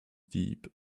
deep